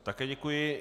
Také děkuji.